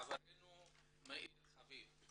חברנו מאיר חביב.